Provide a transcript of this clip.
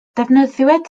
defnyddiwyd